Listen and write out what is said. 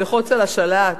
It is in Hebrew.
ללחוץ על השלט?